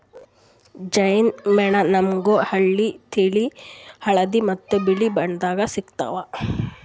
ಜೇನ್ ಮೇಣ ನಾಮ್ಗ್ ಹಳ್ದಿ, ತಿಳಿ ಹಳದಿ ಮತ್ತ್ ಬಿಳಿ ಬಣ್ಣದಾಗ್ ಸಿಗ್ತಾವ್